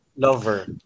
Lover